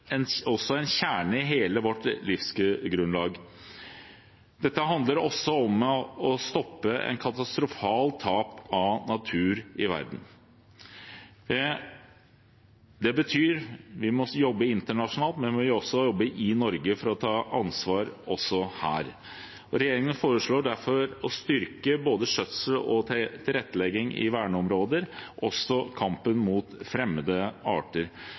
mangfoldet utgjør også en kjerne i hele vårt livsgrunnlag – det handler også om å stoppe et katastrofalt tap av natur i verden. Det betyr at vi må jobbe internasjonalt, men vi må også jobbe i Norge for å ta ansvar også her. Regjeringen foreslår derfor å styrke både skjøtsel og tilrettelegging i verneområder og også kampen mot fremmede arter.